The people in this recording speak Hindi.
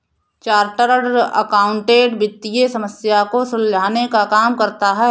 चार्टर्ड अकाउंटेंट वित्तीय समस्या को सुलझाने का काम करता है